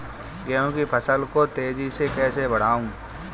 गेहूँ की फसल को तेजी से कैसे बढ़ाऊँ?